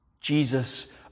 Jesus